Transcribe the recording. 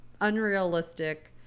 unrealistic